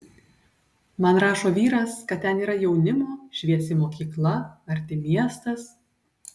man rašo vyras kad ten yra jaunimo šviesi mokykla arti miestas